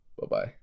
bye-bye